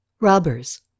Robbers